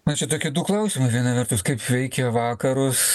na čia tokie du klausimai viena vertus kaip veikia vakarus